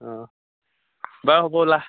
অঁ বাৰু হ'ব ওলা